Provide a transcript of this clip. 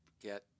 get